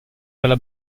della